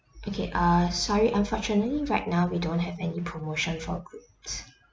okay err sorry unfortunately right now we don't have any promotion for groups